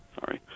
sorry